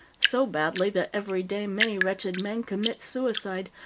so badly that every day many wretched men commit suicide,